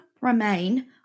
remain